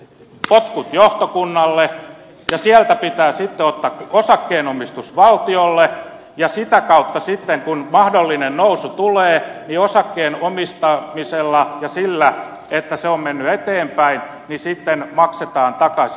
potkut johtokunnalle ja sieltä pitää sitten ottaa osakkeenomistus valtiolle ja sitä kautta sitten kun mahdollinen nousu tulee niin osakkeen omistamisella ja sillä että se on mennyt eteenpäin sitten maksetaan takaisin